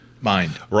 Mind